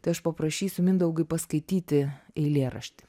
tai aš paprašysiu mindaugai paskaityti eilėraštį